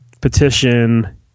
petition